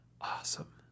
awesome